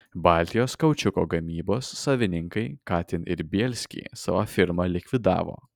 baltijos kaučiuko gamybos savininkai katin ir bielsky savo firmą likvidavo